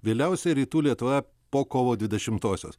vėliausiai rytų lietuvoje po kovo dvidešimtosios